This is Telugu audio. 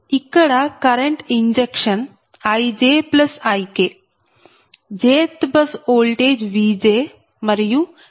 ఇక్కడ current injection IjIk jth bus voltage Vj మరియు kth బస్ ఓల్టేజ్ Vk